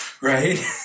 Right